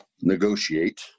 negotiate